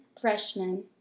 freshman